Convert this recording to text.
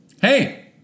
Hey